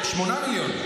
8 מיליון?